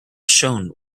shone